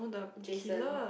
Jason